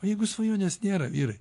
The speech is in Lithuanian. jeigu svajonės nėra vyrai